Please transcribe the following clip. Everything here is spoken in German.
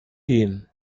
gehen